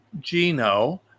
Gino